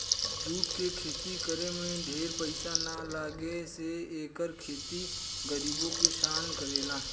jute के खेती करे में ढेर पईसा ना लागे से एकर खेती गरीबो किसान करेला